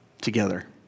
together